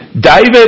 David